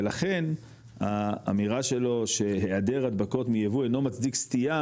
ולכן האמירה שלו שהעדר הדבקות מיבוא אינו מצדיק סטייה